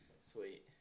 sweet